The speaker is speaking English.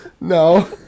No